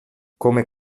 come